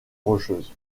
rocheuses